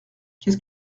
qu’est